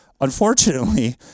Unfortunately